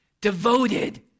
devoted